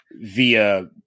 via